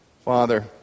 Father